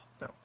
No